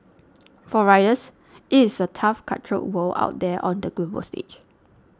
for writers it is a tough cutthroat world out there on the global stage